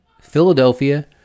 Philadelphia